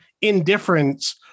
indifference